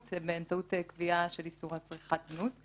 באמצעות קביעה של איסור על צריכת זנות,